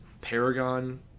Paragon